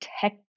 tech